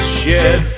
shed